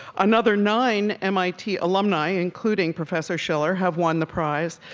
another nine mit alumni, including professor shiller, have won the prize.